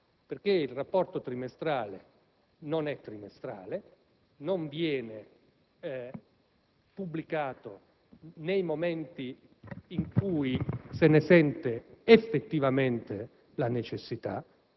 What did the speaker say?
il rapporto trimestrale non è trimestrale, non viene pubblicato nei momenti in cui se ne sente effettivamente la necessità,